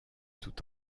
tout